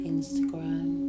Instagram